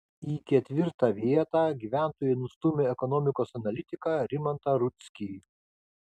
į ketvirtą vietą gyventojai nustūmė ekonomikos analitiką rimantą rudzkį